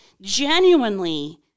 genuinely